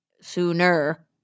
sooner